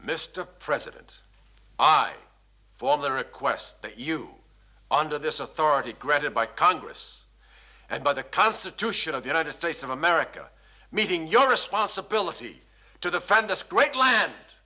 mr president i form the request that you under this authority granted by congress and by the constitution of the united states of america meeting your responsibility to the fan this great land